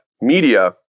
media